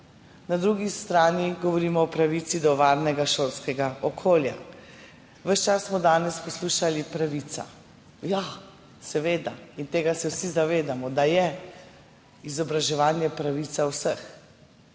na drugi strani govorimo o pravici do varnega šolskega okolja. Ves čas smo danes poslušali: pravica. Ja, seveda, in tega se vsi zavedamo, da je izobraževanje pravica vseh.